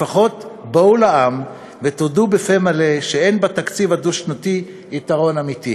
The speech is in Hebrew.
לפחות בואו לעם ותודו בפה מלא שאין בתקציב הדו-שנתי יתרון אמיתי.